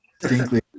distinctly